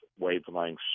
wavelengths